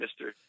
Mr